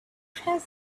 present